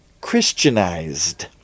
Christianized